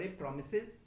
promises